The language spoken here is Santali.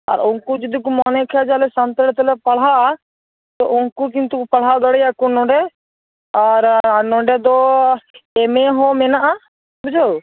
ᱟᱨ ᱩᱱᱠᱩ ᱡᱩᱫᱤᱠᱚ ᱢᱚᱱᱮ ᱠᱷᱟᱱ ᱡᱮ ᱟᱞᱮ ᱥᱟᱱᱛᱟᱲᱤ ᱛᱮᱞᱮ ᱯᱟᱲᱦᱟᱜᱼᱟ ᱛᱚ ᱩᱱᱠᱩ ᱠᱤᱱᱛᱩ ᱯᱟᱲᱦᱟᱣ ᱫᱟᱲᱮᱭᱟᱜᱼᱟ ᱠᱚ ᱱᱚᱰᱮ ᱟᱨ ᱱᱚᱰᱮ ᱫᱚ ᱮᱢ ᱮ ᱦᱚᱸ ᱢᱮᱱᱟᱜᱼᱟ ᱵᱩᱡᱷᱟᱹᱣ